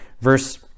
verse